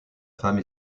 femme